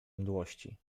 mdłości